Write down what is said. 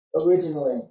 originally